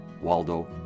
Waldo